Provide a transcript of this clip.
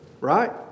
right